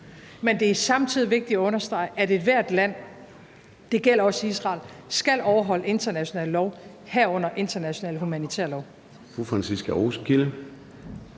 Men det er samtidig vigtigt at understrege, at ethvert land, og det gælder også Israel, skal overholde international lov, herunder international humanitær lov.